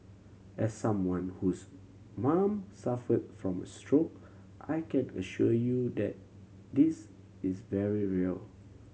as someone whose mom suffered from a stroke I can assure you that this is very real